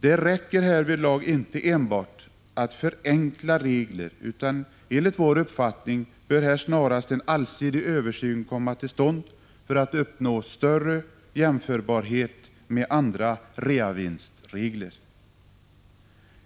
Det räcker härvidlag inte enbart att förenkla regler, utan enligt vår uppfattning bör här snarast en allsidig översyn komma till stånd för att vi skall uppnå större jämförbarhet med andra reavinstregler.